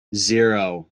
zero